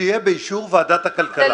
אז שיהיה באישור ועדת הכלכלה.